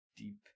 deep